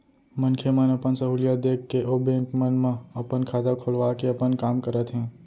मनखे मन अपन सहूलियत देख के ओ बेंक मन म अपन खाता खोलवा के अपन काम कर सकत हें